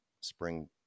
spring